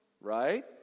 right